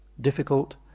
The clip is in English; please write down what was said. difficult